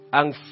ang